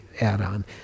add-on